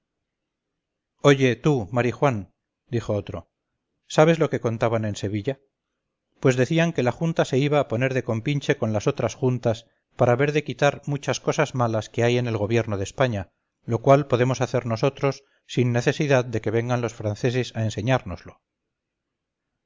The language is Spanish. oye tú marijuán dijo otro sabes lo que contaban en sevilla pues decían que la junta se iba a poner de compinche con las otras juntas para ver de quitar muchas cosas malas que hay en el gobierno de españa lo cual podemos hacer nosotros sin necesidad de que vengan los franceses a enseñárnoslo